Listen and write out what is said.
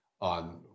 on